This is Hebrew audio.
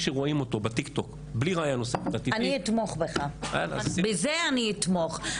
רואים אותו בטיק-טוק בלי ראייה נוספת --- בזה אני אתמוך,